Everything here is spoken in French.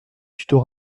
tutorat